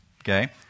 Okay